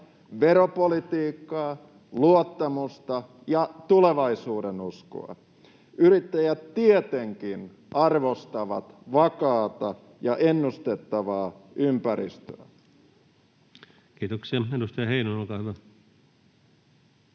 veropolitiikkaa, luottamusta ja tulevaisuudenuskoa. Yrittäjät tietenkin arvostavat vakaata ja ennustettavaa ympäristöä. Kiitoksia. — Edustaja Heinonen, olkaa hyvä.